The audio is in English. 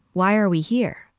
why are we here?